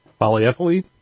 Polyethylene